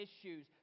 issues